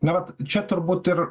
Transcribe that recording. na vat čia turbūt ir